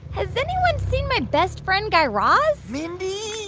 has anyone seen my best friend, guy raz? mindy.